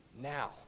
Now